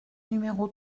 numéro